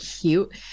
cute